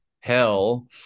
hell